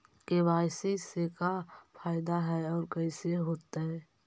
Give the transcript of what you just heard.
KYC से का फायदा है और कैसे होतै?